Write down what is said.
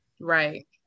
right